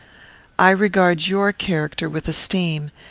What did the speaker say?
i regard your character with esteem.